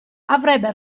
avrebbe